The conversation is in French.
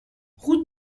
route